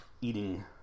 eating